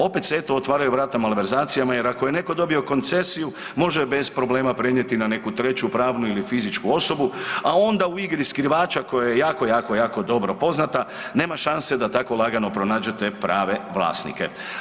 Opet se eto otvaraju vrata malverzacijama jer ako je neko dobio koncesiju može je bez problema prenijeti na neku treću pravnu ili fizičku osobu, a onda u igri skrivača koja je jako, jako dobro poznata nema šanse da tako lagano pronađete prave vlasnike.